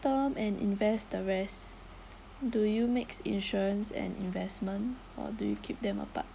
term and invest the rest do you mix insurance and investment or do you keep them apart